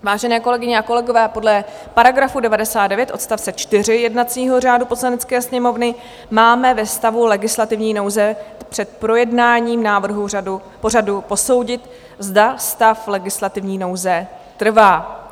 Vážené kolegyně a kolegové, podle § 99 odst. 4 jednacího řádu Poslanecké sněmovny máme ve stavu legislativní nouze před projednáním návrhu pořadu posoudit, zda stav legislativní nouze trvá.